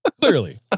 Clearly